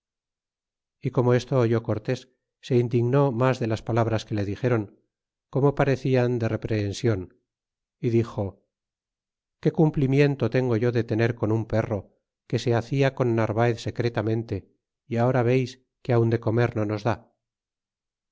y como esto oyó cortés se indignó mas de las palabras que le dixéron como parecían de reprehension é dixo qué cumplimiento tengo yo de tener con un perro que se hacia con narvaez secretamente é ahora veis que aun de comer no nos da